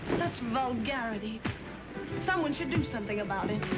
vulgarity. someone should do something about it.